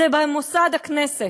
זה במוסד הכנסת,